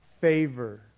favor